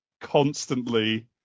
Constantly